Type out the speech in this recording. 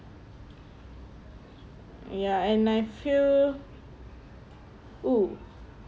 ya and I feel oo